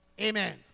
Amen